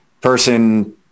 person